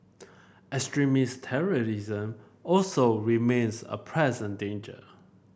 extremist terrorism also remains a present danger